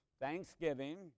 thanksgiving